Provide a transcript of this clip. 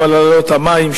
גם על העלאות מחירי המים,